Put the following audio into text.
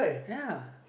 ya